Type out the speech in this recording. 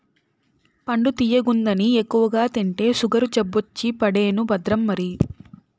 పండు తియ్యగుందని ఎక్కువగా తింటే సుగరు జబ్బొచ్చి పడేను భద్రం మరి